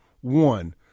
one